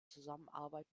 zusammenarbeit